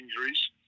injuries